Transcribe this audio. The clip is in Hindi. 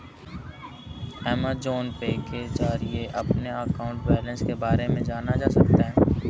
अमेजॉन पे के जरिए अपने अकाउंट बैलेंस के बारे में जाना जा सकता है